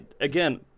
again